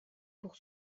pour